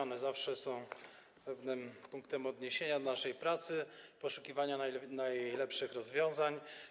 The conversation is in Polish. One zawsze są pewnym punktem odniesienia naszej pracy, poszukiwania najlepszych rozwiązań.